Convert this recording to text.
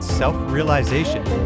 self-realization